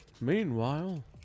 Meanwhile